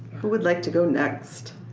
who would like to go next?